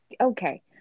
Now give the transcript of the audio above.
Okay